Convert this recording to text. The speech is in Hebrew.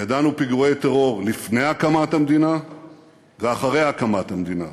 ידענו פיגועי טרור לפני הקמת המדינה ואחרי הקמת המדינה,